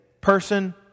person